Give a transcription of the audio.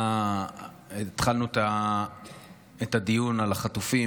התחלנו את הדיון על החטופים,